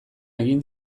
egin